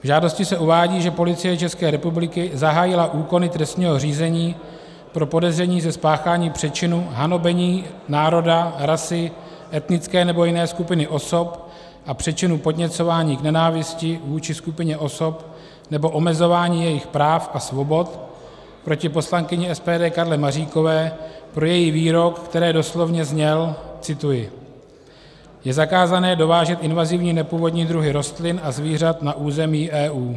V žádosti se uvádí, že Policie České republiky zahájila úkony trestního řízení pro podezření ze spáchání přečinu hanobení národa, rasy, etnické nebo jiné skupiny osob a přečinu podněcování k nenávisti vůči skupině osob nebo omezování jejích práv a svobod proti poslankyni SPD Karle Maříkové pro její výrok, který doslovně zněl cituji: Je zakázané dovážet invazivní nepůvodní druhy rostlin a zvířat na území EU.